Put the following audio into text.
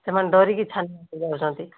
ସେମାନେ ଡରିକି ଛାନିଆ ହୋଇଯାଉଛନ୍ତି